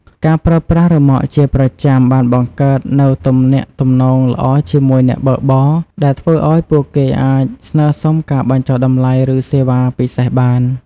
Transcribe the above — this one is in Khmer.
ការប្រើប្រាស់រ៉ឺម៉កជាប្រចាំបានបង្កើតនូវទំនាក់ទំនងល្អជាមួយអ្នកបើកបរ ដែលធ្វើឱ្យពួកគេអាចស្នើសុំការបញ្ចុះតម្លៃឬសេវាពិសេសបាន។